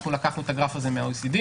אנחנו לקחנו את הגרף הזה מה-OECD,